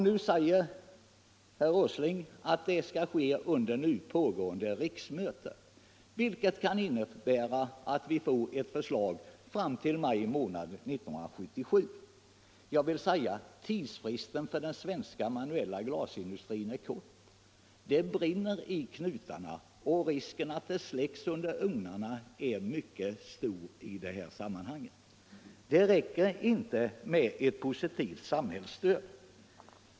Nu siger herr Åsling att det skall ske under nu pågående riksmöte, vilket kan innebära att vi får ott förslag till maj månad 1977. Jag vill säga att tidsfristen för den svenska manuella glasindustrin är kort. Det brådskar verkligen, och risken för att elden släcks under ugnarna är mycket stor. Det räcker inte med en pousitiv inställning.